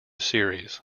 series